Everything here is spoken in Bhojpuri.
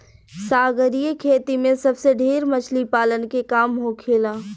सागरीय खेती में सबसे ढेर मछली पालन के काम होखेला